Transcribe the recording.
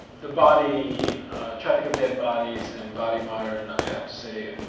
the body, a traffic of dead bodies and body modern, i have to say,